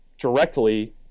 directly